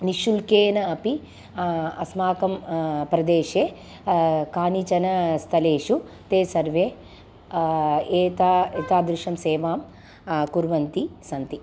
निश्शुल्केन अपि अस्माकं प्रदेशे कानिचन स्थलेषु ते सर्वे एता एतादृशं सेवां कुर्वन्तः सन्ति